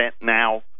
now